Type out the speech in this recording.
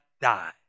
die